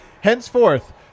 Henceforth